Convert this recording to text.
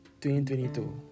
2022